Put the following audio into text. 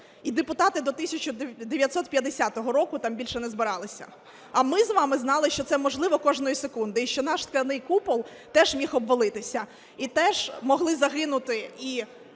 і депутати до 1950 року там більше не збиралися. А ми з вами знали, що це можливо кожної секунди і що наш скляний купол теж міг обвалитися, і теж могли загинути